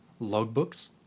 logbooks